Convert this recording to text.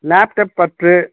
laptop பத்து